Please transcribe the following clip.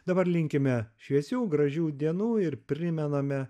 dabar linkime šviesių gražių dienų ir primename